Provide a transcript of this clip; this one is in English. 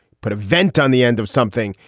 put a vent on the end of something.